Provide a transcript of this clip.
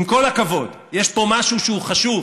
עם כל הכבוד, יש פה משהו שהוא חשוב,